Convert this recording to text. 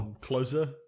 Closer